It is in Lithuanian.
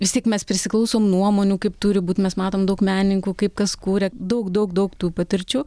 vistiek mes prisiklausom nuomonių kaip turi būt mes matom daug menininkų kaip kas kūria daug daug daug tų patirčių